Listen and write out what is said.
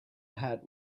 hat